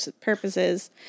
purposes